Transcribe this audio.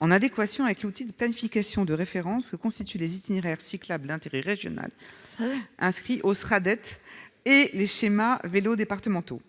en adéquation avec l'outil de planification de référence que constituent les itinéraires cyclables d'intérêt régional inscrits au Sraddet et les schémas vélos départementaux.